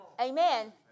Amen